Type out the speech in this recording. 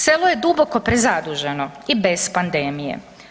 Selo je duboko prezaduženo bez pandemije.